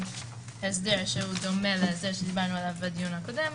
הסדר שדומה להסדר שדיברנו עליו בדיון הקודם,